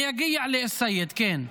אני אגיע לא-סייד, כן.